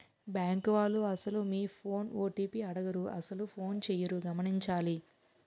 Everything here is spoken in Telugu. బ్యాంకు వాళ్లు అసలు మీ ఫోన్ ఓ.టి.పి అడగరు అసలు ఫోనే చేయరు గమనించాలి